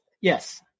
Yes